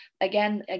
again